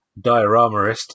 Dioramaist